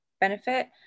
benefit